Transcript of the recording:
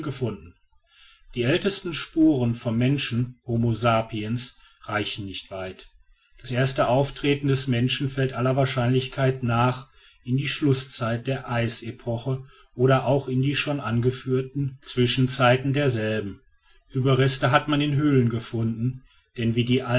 gefunden die ältesten spuren von menschen homo sapiens reichen nicht weit das erste auftreten des menschen fällt aller wahrscheinlichkeit nach in die schlußzeit der eisepoche oder auch in die schon angeführte zwischenzeit derselben überreste hat man in höhlen gefunden denn wie die